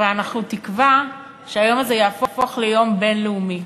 אבל אנחנו תקווה שהיום הזה יהפוך ליום בין-לאומי.